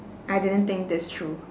I didn't think this through